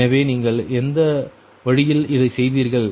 எனவே நீங்கள் எந்த வழியில் இதை செய்தீர்கள்